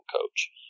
coach